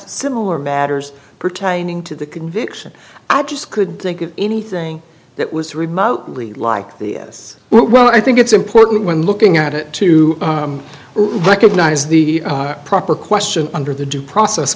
similar matters pertaining to the conviction i just couldn't think of anything that was remotely like the us well i think it's important when looking at it to recognize the proper question under the due process